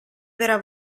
vera